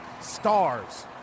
stars